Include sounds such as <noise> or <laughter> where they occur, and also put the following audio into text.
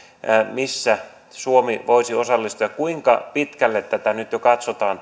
millä suomi voisi osallistua kuinka pitkälle tämän koko ongelman osalta nyt jo katsotaan <unintelligible>